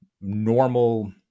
normal